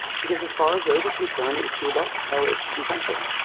because as far as they were concerned, it was two adults so it was consensual.